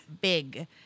Big